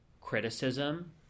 criticism